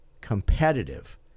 competitive